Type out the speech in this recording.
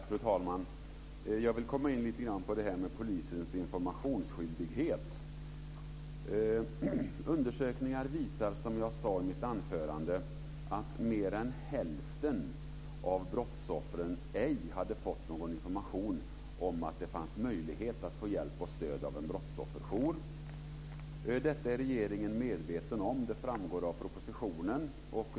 Fru talman! Jag vill komma in lite grann på det här med polisens informationsskyldighet. Undersökningar visar, som jag sade i mitt anförande, att mer än hälften av brottsoffren ej hade fått någon information om att det fanns möjlighet att få hjälp och stöd av en brottsofferjour. Detta är regeringen medveten om. Det framgår av propositionen.